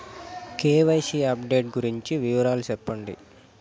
KYC update గురించి వివరాలు సెప్పండి?